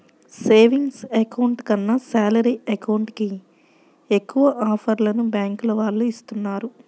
savings account కన్నా salary account కి ఎక్కువ ఆఫర్లను బ్యాంకుల వాళ్ళు ఇస్తున్నారు